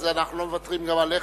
אז אנחנו לא מוותרים גם עליך,